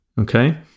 okay